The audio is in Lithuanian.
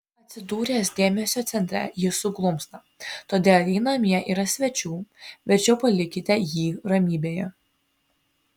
atsidūręs dėmesio centre jis suglumsta todėl jei namie yra svečių verčiau palikite jį ramybėje